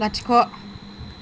लाथिख'